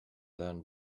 then